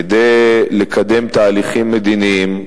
כדי לקדם תהליכים מדיניים,